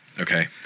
Okay